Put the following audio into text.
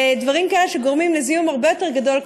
ודברים כאלה שגורמים לזיהום הרבה יותר גדול,